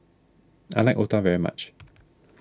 I like Otah very much